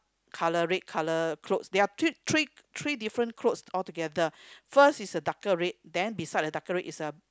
color red color clothes there are three three three different clothes all together first is the darker red then beside the darker red is the